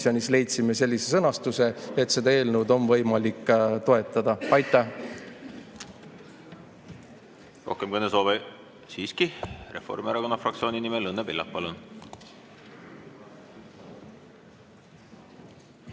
komisjonis leidsime sellise sõnastuse, et seda eelnõu on võimalik toetada. Aitäh!